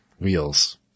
wheels